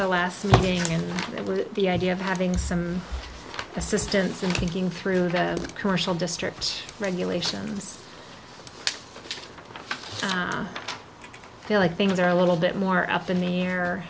the last game and it was the idea of having some assistance and thinking through the commercial district regulations i feel like things are a little bit more up in the